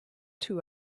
two